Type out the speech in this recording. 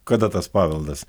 kada tas paveldas